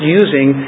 using